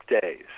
days